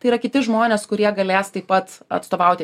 tai yra kiti žmonės kurie galės taip pat atstovauti